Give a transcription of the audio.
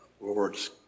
Lord's